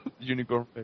Unicorn